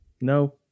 No